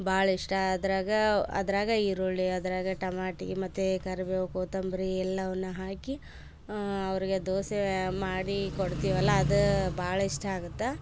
ಭಾಳ ಇಷ್ಟ ಅದ್ರಾಗ ಅದ್ರಾಗ ಈರುಳ್ಳಿ ಅದ್ರಾಗ ಟೊಮಾಟಿ ಮತ್ತು ಕರ್ಬೇವು ಕೋತಂಬರಿ ಎಲ್ಲವನ್ನ ಹಾಕಿ ಅವರಿಗೆ ದೋಸೆ ಮಾಡಿ ಕೊಡ್ತೇವಲ್ಲ ಅದು ಬಹಳ ಇಷ್ಟ ಆಗುತ್ತ